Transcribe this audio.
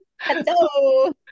Hello